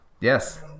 Yes